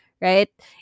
right